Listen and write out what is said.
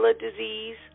disease